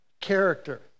character